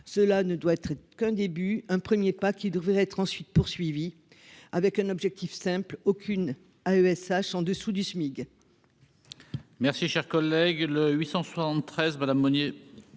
cela ne doit être qu'un début, un 1er pas qui devrait être ensuite poursuivi avec un objectif simple : aucune AESH en dessous du SMIG.